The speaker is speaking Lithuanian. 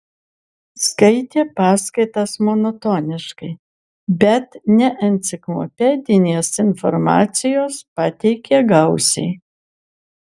skaitė paskaitas monotoniškai bet neenciklopedinės informacijos pateikė gausiai